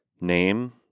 name